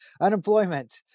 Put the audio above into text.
unemployment